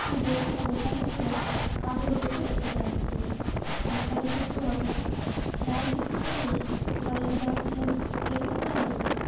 તો દેખીતા બધાને શું લાગશે કાગળો બેઠો એટલે ડાળખી તૂટી પણ ખરેખર શું હતું ડાળખી તૂટવાની જ હતી સુકાએલી ડાળખી હતી એટલે એ તૂટવાની જ હતી